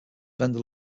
vendor